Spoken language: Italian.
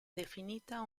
definita